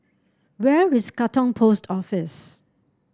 where is Katong Post Office